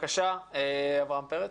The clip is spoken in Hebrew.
בבקשה, אברהם פרץ,